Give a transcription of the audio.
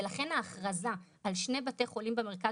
ולכן ההכרזה על שני בתי חולים במרכז